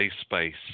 space